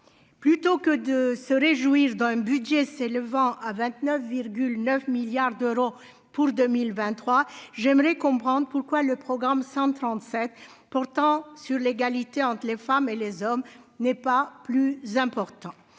plutôt que de se réjouir dans un budget s'élevant à 29,9 milliards d'euros pour 2023, j'aimerais comprendre pourquoi le programme 137 pourtant, sur l'égalité entre les femmes et les hommes n'est pas plus important